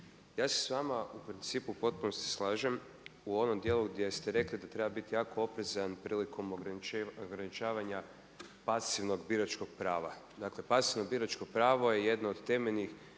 ja se s vama u principu u potpunosti slažem u onom djelu gdje ste rekli da treba biti jako oprezan prilikom ograničavanja pasivnog biračkog prava. Dakle pasivno biračko pravo je jedno od temeljnih